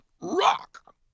Rock